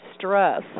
stress